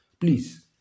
Please